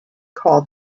called